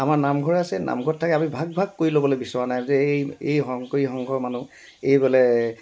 আমাৰ নামঘৰ আছে নামঘৰত থাকি আমি ভাগ ভাগ কৰি ল'বলৈ বিচৰা নাই যে এই শংকৰী সংঘৰ মানুহ এই বোলে